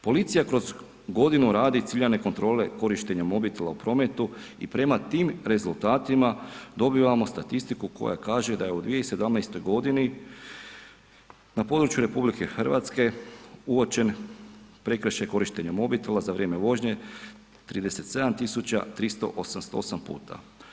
Policija kroz godinu radi ciljane kontrole korištenja mobitela u prometu i prema tim rezultatima, dobivamo statistiku koja kaže da u 2017. g. na području RH uočen prekršaj korištenja mobitela za vrijeme vožnje, 37 388 puta.